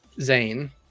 Zane